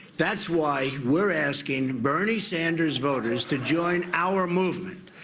that's why we're asking bernie sanders voters to join our movement.